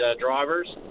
drivers